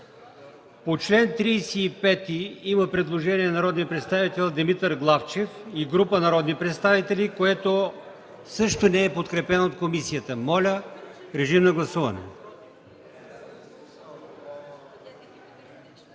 По чл. 52 има предложение на народния представител Димитър Главчев и група народни представители, което не е подкрепено от комисията. Гласували